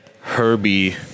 Herbie